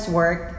work